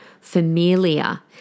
familia